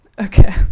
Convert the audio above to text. okay